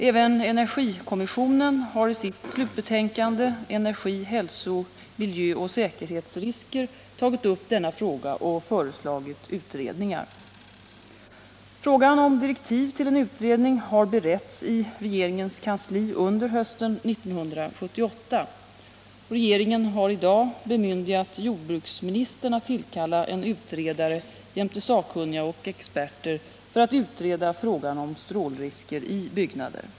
Även energikommissionen har i sitt slutbetänkande , Energi, hälso-, miljöoch säkerhetsrisker, tagit upp denna fråga och föreslagit utredningar. Frågan om direktiv till en utredning har beretts i regeringens kansli under hösten 1978. Regeringen har i dag bemyndigat jordbruksministern att tillkalla en utredare jämte sakkunniga och experter för att utreda frågan om strålrisker i byggnader.